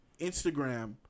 Instagram